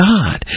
God